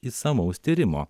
išsamaus tyrimo